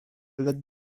led